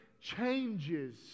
changes